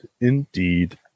indeed